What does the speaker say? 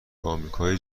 آمریکای